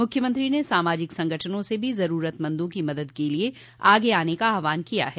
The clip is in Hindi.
मुख्यमंत्री ने सामाजिक संगठनों से भी जरूरतमंदों की मदद के लिए आगे आने का आहवान किया है